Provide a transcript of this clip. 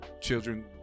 Children